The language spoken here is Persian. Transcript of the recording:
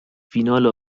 فینال